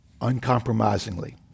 uncompromisingly